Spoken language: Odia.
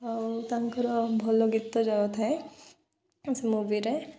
ଆଉ ତାଙ୍କର ଭଲ ଗୀତ ଯାଉଥାଏ ସେ ମୁଭିରେ